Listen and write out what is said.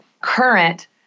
current